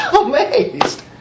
Amazed